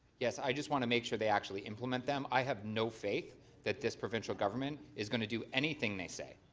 yes, i just want to make sure they actually implement them. i have no faith that this provincial government is going to do anything they say.